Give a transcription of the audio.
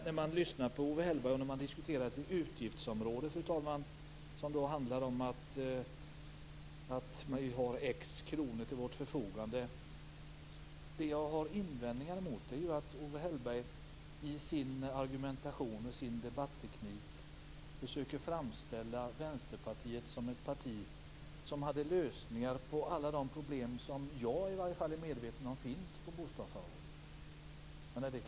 När jag lyssnar på Owe Hellberg när han diskuterar ett utgiftsområde som handlar om att vi har x kronor till vårt förfogande har jag invändningar mot en sak: Owe Hellberg försöker med sin argumentation och sin debatteknik framställa Vänsterpartiet som ett parti med lösningar på alla de problem som åtminstone jag är medveten om finns på bostadsområdet.